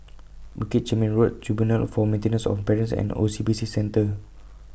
Bukit Chermin Road Tribunal For Maintenance of Parents and O C B C Centre